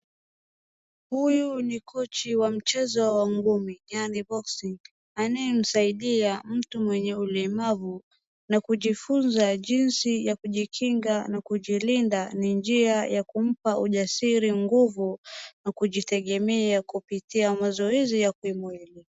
Huyu ni kochi wa mchezo wa ngumi yaani boxing anayemsaidia mtu mwenye ulemavu na kumfunza jinsi ya kujikinga na kijilinda ni njia ya kujipa ujasiri, nguvu na kujitegemea kwa kupitia mazoezi ya kimwili.